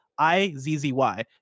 I-Z-Z-Y